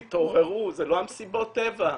תתעוררו, זה לא מסיבות הטבע.